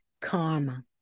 karma